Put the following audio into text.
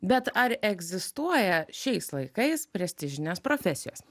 bet ar egzistuoja šiais laikais prestižinės profesijos